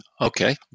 Okay